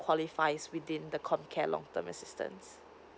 qualifies within the comcare long term assistance